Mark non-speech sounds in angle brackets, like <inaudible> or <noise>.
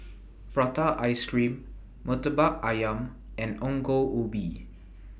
<noise> Prata Ice Cream Murtabak Ayam and Ongol Ubi